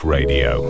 Radio